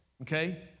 Okay